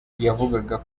yavugaga